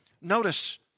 notice